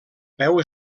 peu